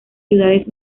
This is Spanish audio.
ciudades